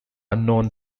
unknown